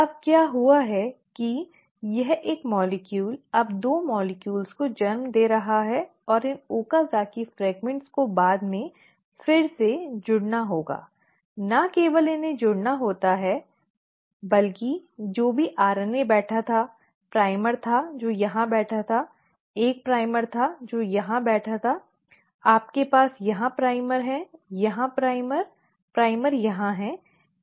अब क्या हुआ है की यह एक अणु अब 2 अणुओं को जन्म दे रहा है और इन ओकाज़की फ्रेगमेंट्स को बाद में फिर से जुड़ना होगा न केवल उन्हें जुड़ना होता है जो भी RNA बैठा था प्राइमर था जो यहां बैठा था एक प्राइमर था जो यहां बैठा था आपके पास यहां प्राइम हैं यहां प्राइमर प्राइमर यहां है